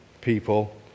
people